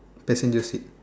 passenger seat